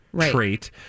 trait